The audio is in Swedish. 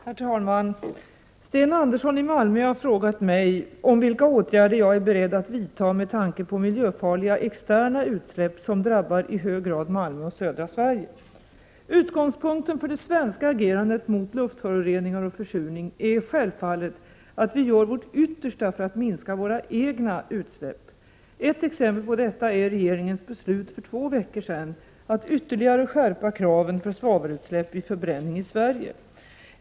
Herr talman! Sten Andersson i Malmö har frågat mig om vilka åtgärder jag är beredd att vidta med tanke på miljöfarliga externa utsläpp som drabbar i hög grad Malmö och södra Sverige. Utgångspunkten för det svenska agerandet mot luftföroreningar och försurning är självfallet att vi gör vårt yttersta för att minska våra egna utsläpp. Ett exempel på detta är regeringens beslut för två veckor sedan att ytterligare skärpa kraven för svavelutsläpp vid förbränning i Sverige.